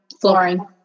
Flooring